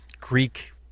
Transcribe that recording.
Greek